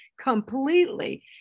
completely